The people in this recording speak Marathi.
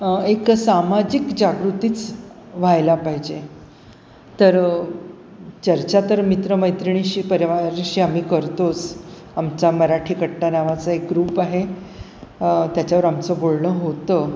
एक सामाजिक जागृतीच व्हायला पाहिजे तर चर्चा तर मित्रमैत्रिणीशी परिवाराशी आम्ही करतोच आमचा मराठी कट्टा नावाचा एक ग्रूप आहे त्याच्यावर आमचं बोलणं होतं